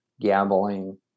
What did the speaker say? gambling